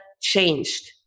changed